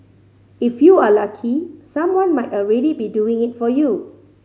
if you are lucky someone might already be doing it for you